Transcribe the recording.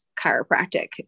chiropractic